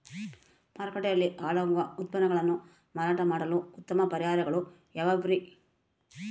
ಮಾರುಕಟ್ಟೆಯಲ್ಲಿ ಹಾಳಾಗುವ ಉತ್ಪನ್ನಗಳನ್ನ ಮಾರಾಟ ಮಾಡಲು ಉತ್ತಮ ಪರಿಹಾರಗಳು ಯಾವ್ಯಾವುರಿ?